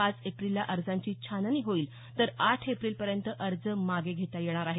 पाच एप्रिलला अर्जांची छाननी होईल तर आठ एप्रिलपर्यंत अर्ज मागे घेता येणार आहेत